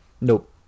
nope